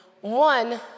one